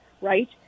right